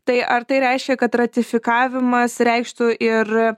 tai ar tai reiškia kad ratifikavimas reikštų ir